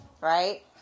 right